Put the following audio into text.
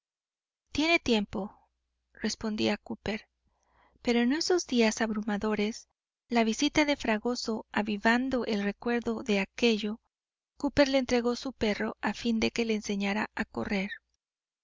decía tiene tiempo respondía cooper pero en esos días abrumadores la visita de fragoso avivando el recuerdo de aquello cooper le entregó su perro a fin de que le enseñara a correr